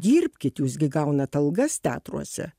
dirbkit jūs gi gaunat algas teatruose